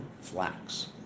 Flax